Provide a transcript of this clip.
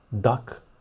duck